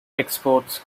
exports